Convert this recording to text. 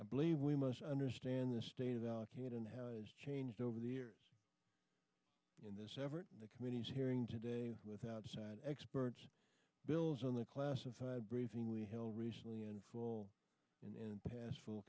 i believe we must understand the state of al qaeda and how it's changed over the years in this effort the committee's hearing today with outside experts bills on the classified briefing we held recently and for and past full